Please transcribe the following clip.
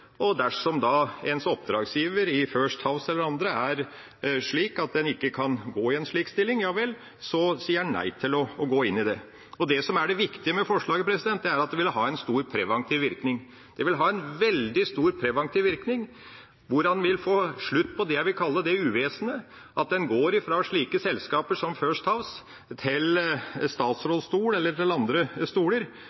det. Dersom ens oppdragsgiver i First House eller andre er slik at en ikke kan gå inn i en slik stilling, ja vel, så sier en nei til å gå inn i det. Det som er det viktige med forslaget, er at det vil ha en stor preventiv virkning. Det vil ha en veldig stor preventiv virkning, der en vil få slutt på det jeg vil kalle det uvesenet at en går fra slike selskap som First House til en statsrådsstol eller til andre stoler.